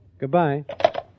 Goodbye